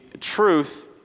truth